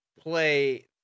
play